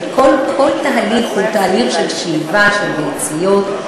כל תהליך הוא תהליך של שאיבה של ביציות,